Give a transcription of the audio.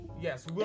yes